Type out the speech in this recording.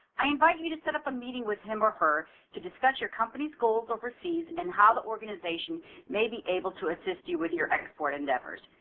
i invite you to set up a meeting with him or her to discuss your companyis goals overseas and how the organization may be able to assist you with your export endeavors.